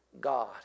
God